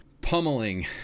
pummeling